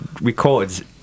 records